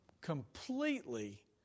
completely